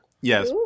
Yes